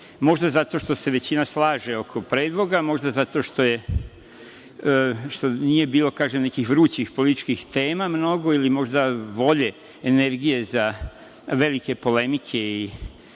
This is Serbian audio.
Možda zato što se većina slaže oko predloga, možda zato što nije bilo nekih vrućih političkih tema mnogo, ili možda volje, energije za velike polemike i